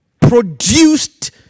produced